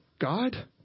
God